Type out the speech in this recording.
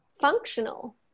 functional